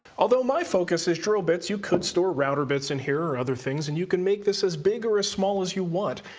although my focus is drill bits, you could store router bits in here or other things and you can make this as big or as small as you want.